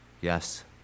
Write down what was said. Yes